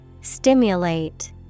Stimulate